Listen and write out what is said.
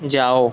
जाओ